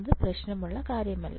അത് പ്രശ്നമുള്ള കാര്യമല്ല